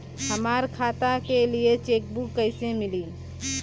हमरी खाता के लिए चेकबुक कईसे मिली?